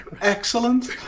excellent